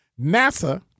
NASA